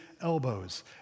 elbows